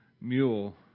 mule